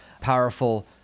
powerful